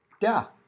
death